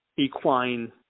equine